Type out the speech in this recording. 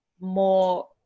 more